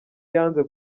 yanze